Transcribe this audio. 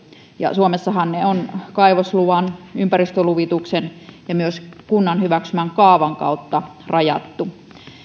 suomessahan ne on kaivosluvan ympäristöluvituksen ja myös kunnan hyväksymän kaavan kautta rajattu